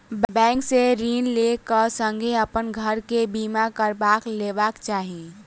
bank से ऋण लै क संगै अपन घर के बीमा करबा लेबाक चाही